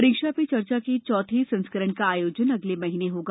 रीक्षा चर्चा के चौथे संस्करण का आयोजन अगले महीने होगा